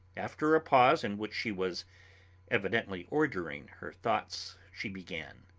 after a pause in which she was evidently ordering her thoughts, she began